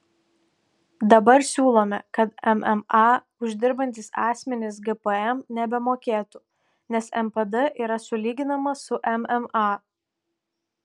dabar siūlome kad mma uždirbantys asmenys gpm nebemokėtų nes npd yra sulyginamas su mma